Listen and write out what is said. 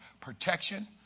protection